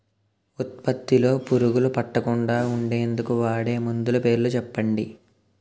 ఉత్పత్తి లొ పురుగులు పట్టకుండా ఉండేందుకు వాడే మందులు పేర్లు చెప్పండీ?